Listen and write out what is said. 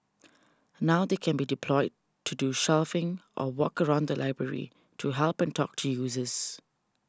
now they can be deployed to do shelving or walk around the library to help and talk to users